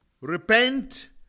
repent